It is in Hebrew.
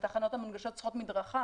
והתחנות המונגשות צריכות מדרכה